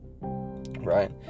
Right